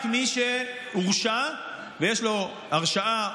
רק מי שהורשע ויש לו הרשעה,